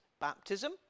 baptism